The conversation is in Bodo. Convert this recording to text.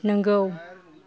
नंगौ